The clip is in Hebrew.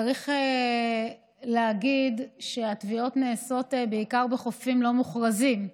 צריך להגיד שהטביעות נעשות בעיקר בחופים לא מוכרזים,